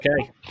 Okay